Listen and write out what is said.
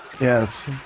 Yes